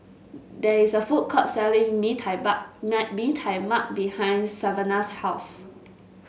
there is a food court selling mee tai Mee Tai Mak behind Savanah's house